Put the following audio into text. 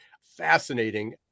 fascinating